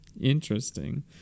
Interesting